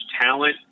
talent